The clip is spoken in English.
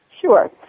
Sure